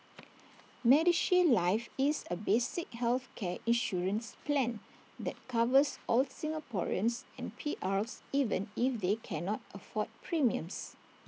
medishield life is A basic healthcare insurance plan that covers all Singaporeans and P Rs even if they cannot afford premiums